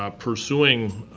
ah pursuing